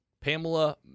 Pamela